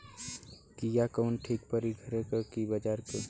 बिया कवन ठीक परी घरे क की बजारे क?